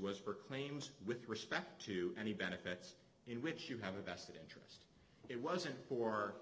was for claims with respect to any benefits in which you have a vested interest it wasn't for